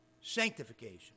sanctification